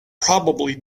probably